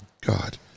God